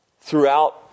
throughout